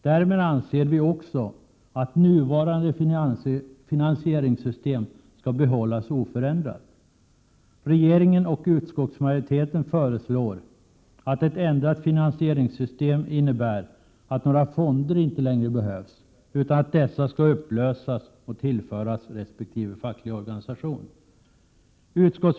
Därmed anser vi också att nuvarande finansieringssystem skall behållas oförändrat. Regeringen och utskottsmajoriteten anser att ett ändrat finansieringssystem innebär att några fonder inte längre behövs, utan föreslår att dessa skall upplösas och tillföras resp. facklig organisation.